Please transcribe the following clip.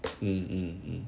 um um um